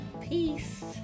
peace